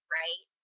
right